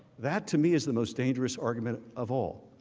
that to me is the most dangerous argument of all.